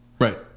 Right